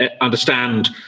understand